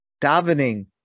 davening